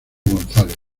gonzález